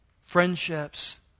friendships